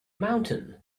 mountain